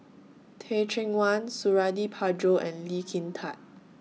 Teh Cheang Wan Suradi Parjo and Lee Kin Tat